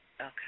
Okay